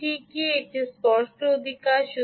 এটা ঠিক এই স্পষ্ট অধিকার